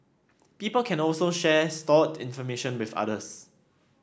people can also share stored information with others